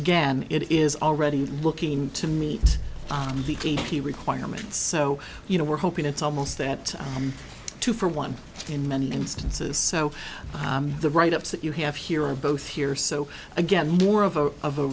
again it is already looking to meet the a p requirements so you know we're hoping it's almost that two for one in many instances so the write ups that you have here are both here so again more of a of a